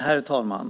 Herr talman!